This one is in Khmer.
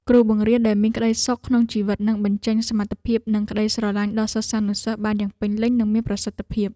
គ្រូបង្រៀនដែលមានក្តីសុខក្នុងជីវិតនឹងបញ្ចេញសមត្ថភាពនិងក្តីស្រឡាញ់ដល់សិស្សានុសិស្សបានយ៉ាងពេញលេញនិងមានប្រសិទ្ធភាព។